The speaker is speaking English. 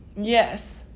yes